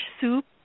soup